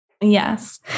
Yes